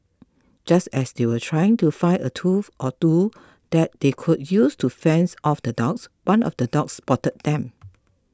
just as they were trying to find a tool or two that they could use to fends off the dogs one of the dogs spotted them